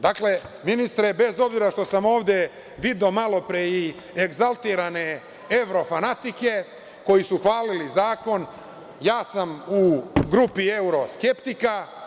Dakle, ministre, bez obzira što sam ovde video malopre i egzaltirane evrofanatike, koji su hvalili zakon, ja sam u grupi evroskeptika.